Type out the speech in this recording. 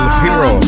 hero